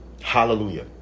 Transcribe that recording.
Hallelujah